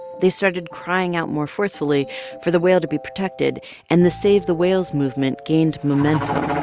they started crying out more forcefully for the whale to be protected and the save the whales movement gained momentum